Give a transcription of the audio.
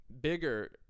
bigger